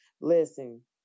listen